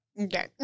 Okay